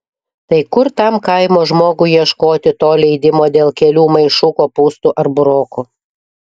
tai kur tam kaimo žmogui ieškoti to leidimo dėl kelių maišų kopūstų ar burokų